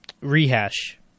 Rehash